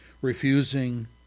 refusing